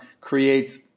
creates